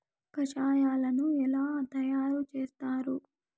కషాయాలను ఎలా తయారు చేస్తారు?